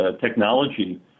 technology